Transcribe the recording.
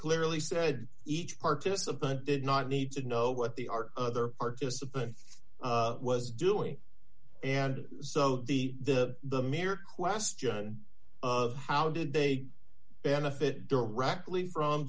clearly said each participant did not need to know what the our other participant was doing and so the the the mere question of how did they benefit directly from